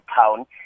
town